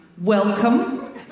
welcome